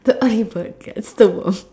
the early bird gets the worm